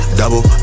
double